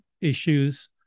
issues